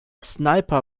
sniper